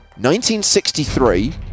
1963